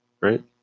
Right